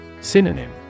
Synonym